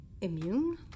Immune